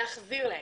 להחזיר להן.